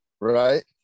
right